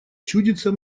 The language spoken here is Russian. чудится